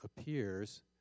appears